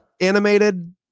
animated